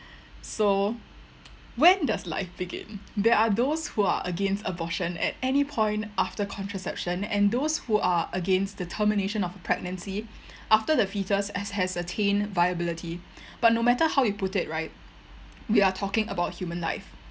so when does life begin there are those who are against abortion at any point after contraception and those who are against the termination of pregnancy after the foetus has has attained viability but no matter how you put it right we are talking about human life